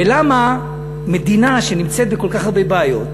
ולמה מדינה שנמצאת בכל כך הרבה בעיות,